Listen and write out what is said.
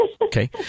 Okay